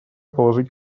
положить